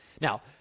Now